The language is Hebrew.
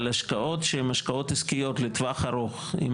אבל השקעות שהן השקעות עסקיות לטווח ארוך,